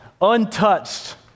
untouched